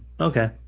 Okay